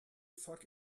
fuck